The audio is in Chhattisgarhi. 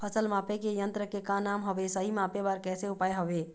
फसल मापे के यन्त्र के का नाम हवे, सही मापे बार कैसे उपाय हवे?